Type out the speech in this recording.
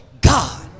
God